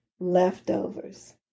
Leftovers